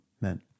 meant